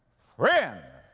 friend,